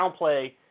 downplay